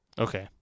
Okay